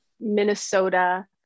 Minnesota